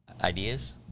Ideas